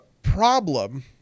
problem